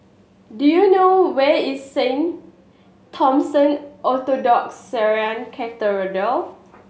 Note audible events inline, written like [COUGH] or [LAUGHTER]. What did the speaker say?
do you know where is Saint Thomason Orthodox Syrian [UNINTELLIGIBLE]